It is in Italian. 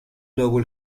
dopo